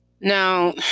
Now